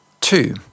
Two